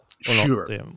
Sure